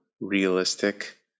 Realistic